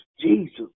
Jesus